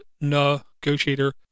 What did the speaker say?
negotiator